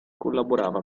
collaborava